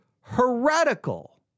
heretical